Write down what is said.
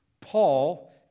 Paul